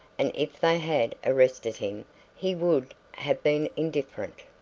and if they had arrested him he would have been indifferent.